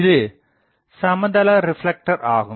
இது சமதள ரிப்லெக்டர் ஆகும்